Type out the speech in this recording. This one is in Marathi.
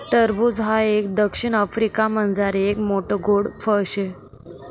टरबूज हाई एक दक्षिण आफ्रिकामझारलं एक मोठ्ठ गोड फळ शे